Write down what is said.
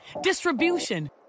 distribution